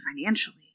financially